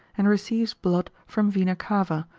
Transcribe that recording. and receives blood from vena cava,